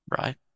right